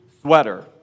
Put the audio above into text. sweater